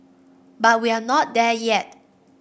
but we're not there yet